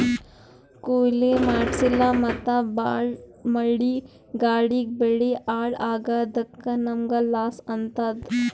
ಕೊಯ್ಲಿ ಮಾಡ್ಸಿಲ್ಲ ಮತ್ತ್ ಭಾಳ್ ಮಳಿ ಗಾಳಿಗ್ ಬೆಳಿ ಹಾಳ್ ಆಗಾದಕ್ಕ್ ನಮ್ಮ್ಗ್ ಲಾಸ್ ಆತದ್